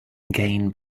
gain